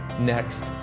next